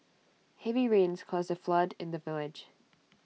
heavy rains caused A flood in the village